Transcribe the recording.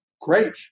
Great